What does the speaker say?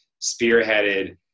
spearheaded